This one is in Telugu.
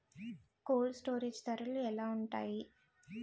కోల్డ్ స్టోరేజ్ ధరలు ఎలా ఉంటాయి?